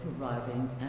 arriving